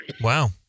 Wow